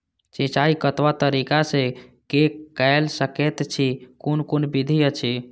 सिंचाई कतवा तरीका स के कैल सकैत छी कून कून विधि अछि?